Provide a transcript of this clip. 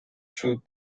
through